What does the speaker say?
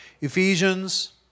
Ephesians